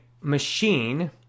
machine